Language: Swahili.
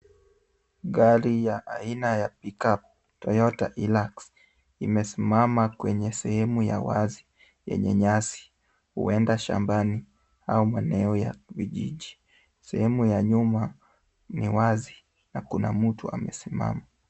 Gari ya aina ya pickup, Toyota Hilux, imesimama kwenye sehemu ya wazi, yenye nyasi. Huenda shambani au maeneo ya vijiji. Sehemu ya nyuma ni wazi na kuna mtu amesimama.